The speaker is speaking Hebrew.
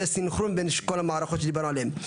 סנכרון בין כל המערכות שדיברנו עליהן.